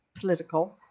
political